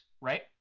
right